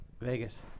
Vegas